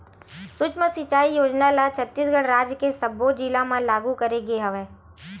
सुक्ष्म सिचई योजना ल छत्तीसगढ़ राज के सब्बो जिला म लागू करे गे हवय